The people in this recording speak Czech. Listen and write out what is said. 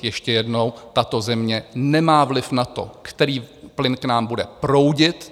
Ještě jednou, tato země nemá vliv na to, který plyn k nám bude proudit.